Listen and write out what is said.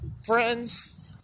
friends